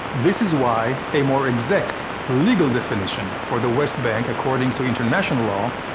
this is why a more exact legal definition for the west bank according to international law,